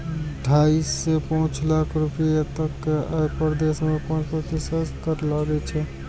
ढाइ सं पांच लाख रुपैया तक के आय पर देश मे पांच प्रतिशत कर लागै छै